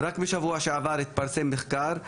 רק בשבוע שעבר התפרסם מחקר,